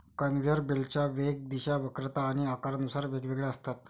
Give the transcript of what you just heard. conveyor बेल्टच्या वेग, दिशा, वक्रता आणि आकारानुसार वेगवेगळ्या असतात